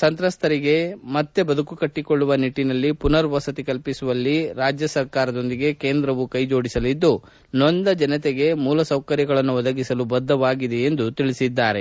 ಸಂತ್ರಸ್ತರಿಗೆ ಮತ್ತೆ ಬದುಕು ಕಟ್ಟಿಕೊಳ್ಳುವ ನಿಟ್ಟಿನಲ್ಲಿ ಪುನರ್ವಸತಿ ಕಲ್ಪಿಸುವಲ್ಲಿ ರಾಜ್ಯ ಸರಕಾರದೊಂದಿಗೆ ಕೇಂದ್ರವೂ ಕೈ ಜೋಡಿಸಿಸಲಿದ್ದು ನೊಂದ ಜನತೆಗೆ ಮೂಲ ಸೌಕರ್ಯಗಳನ್ನು ಒದಗಿಸಲು ಬದ್ದವಾಗಿದೆ ಎಂದು ತಿಳಿಸಿದ್ದಾರೆ